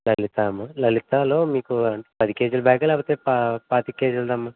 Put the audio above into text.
లలిత అమ్మ లలితాలో మీకు పది కేజీల బ్యాగా లేకపోతే పా పాతిక కేజీలదామ్మా